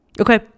Okay